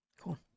Cool